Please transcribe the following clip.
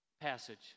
passage